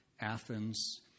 Athens